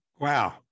Wow